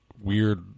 weird